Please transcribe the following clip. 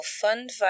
fund